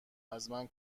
ازمن